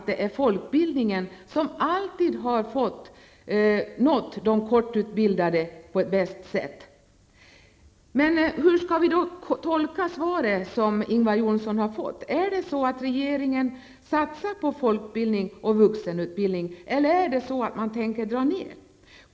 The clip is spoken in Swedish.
Det är folkbildningen som alltid har nått de kortutbildade på det bästa sättet. Hur skall vi då tolka det interpellationssvar som Ingvar Johnsson har fått? Är det så att regeringen satsar på folkbildning och vuxenutbildning? Eller är det så att man tänker dra ner på denna utbildning.